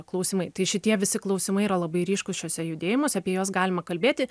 klausimai tai šitie visi klausimai yra labai ryškūs šiuose judėjimuose apie juos galima kalbėti